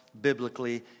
biblically